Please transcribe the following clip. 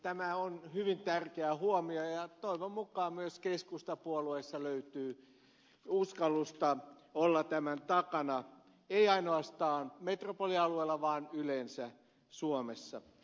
tämä on hyvin tärkeä huomio ja toivon mukaan myös keskustapuolueessa löytyy uskallusta olla tämän takana ei ainoastaan metropolialueella vaan yleensä suomessa